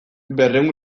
berrehun